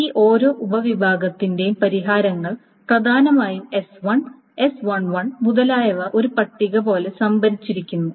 ഈ ഓരോ ഉപവിഭാഗത്തിന്റെയും പരിഹാരങ്ങൾ പ്രധാനമായും S1 S11 മുതലായവ ഒരു പട്ടിക പോലെ സംഭരിച്ചിരിക്കുന്നു